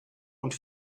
und